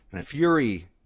Fury